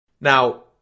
Now